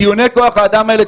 טיעוני כוח האדם האלה,